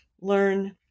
learn